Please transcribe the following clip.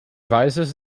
rises